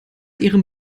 ihrem